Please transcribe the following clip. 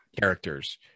characters